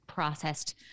processed